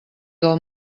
del